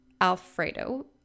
Alfredo